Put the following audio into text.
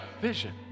Vision